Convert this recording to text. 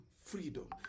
freedom